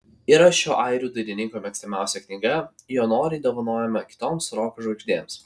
yra šio airių dainininko mėgstamiausia knyga jo noriai dovanojama kitoms roko žvaigždėms